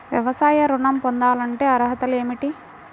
వ్యవసాయ ఋణం పొందాలంటే అర్హతలు ఏమిటి?